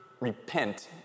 Repent